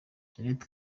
jeannette